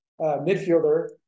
midfielder